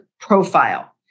profile